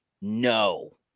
no